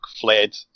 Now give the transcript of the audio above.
fled